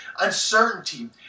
uncertainty